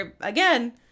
again